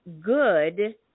good